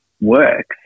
works